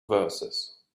verses